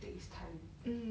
takes time